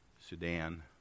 Sudan